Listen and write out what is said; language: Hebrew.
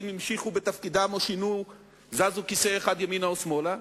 המשיכו בתפקידם או זזו כיסא אחד ימינה או שמאלה,